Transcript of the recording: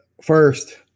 first